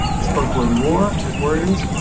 disposable in war as warriors,